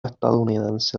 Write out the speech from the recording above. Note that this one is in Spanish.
estadounidense